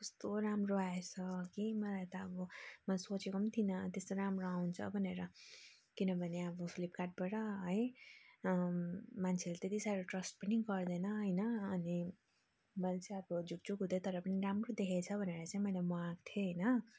कस्तो राम्रो आएछ कि मलाई त अब मैले सोचेको पनि थिइनँ त्यस्तो राम्रो आउँछ भनेर किनभने अब फ्लिपकार्टबाट है मान्छेहरूले त्यति साह्रो ट्रस्ट पनि गर्दैन होइन अनि मैले चाहिँ अब झुकझुक हुँदै तर पनि राम्रो देखेको छ भनेर चाहिँ मैले मगाएको थिएँ होइन